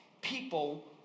people